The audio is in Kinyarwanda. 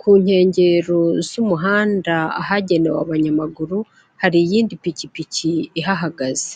ku nkengero z'umuhanda ahagenewe abanyamaguru, hari iyindi pikipiki ihahagaze.